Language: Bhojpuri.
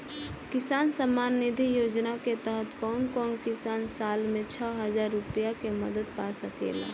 किसान सम्मान निधि योजना के तहत कउन कउन किसान साल में छह हजार रूपया के मदद पा सकेला?